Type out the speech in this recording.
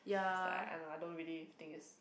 like I don't I don't really think it's